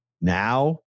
Now